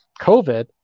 COVID